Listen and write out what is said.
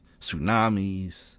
tsunamis